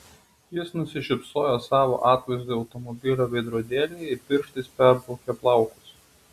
jis nusišypsojo savo atvaizdui automobilio veidrodėlyje ir pirštais perbraukė plaukus